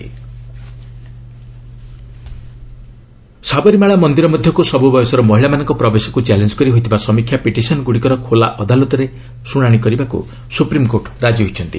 SC Sabarimala Sabarimala ମନ୍ଦିର ମଧ୍ୟକୁ ସବୁ ବୟସର ମହିଳାମାନଙ୍କ ପ୍ରବେଶକୁ ଚ୍ୟାଲେଞ୍ଜ କରି ହୋଇଥିବା ସମୀକ୍ଷା ପିଟିସନ୍ଗୁଡ଼ିକର ଖୋଲା ଅଦାଲତରେ ଶୁଣାଣି କରିବାକୁ ସୁପ୍ରିମ୍କୋର୍ଟ ରାଜି ହୋଇଛନ୍ତି